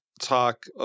talk